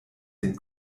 den